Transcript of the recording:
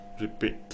repeat